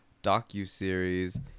docu-series